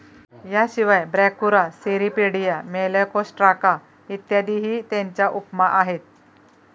याशिवाय Brachyura, Cirripedia, Malacostraca इत्यादीही त्याच्या उपमा आहेत